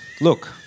look